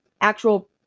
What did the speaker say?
actual